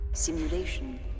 Simulation